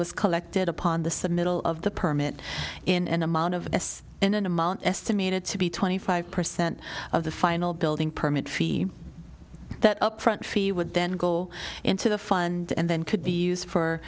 was collected upon the submittal of the permit in an amount of this in an amount estimated to be twenty five percent of the final building permit fee that upfront fee would then go into the fund and then could be used for